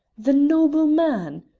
the noble man!